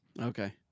Okay